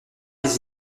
les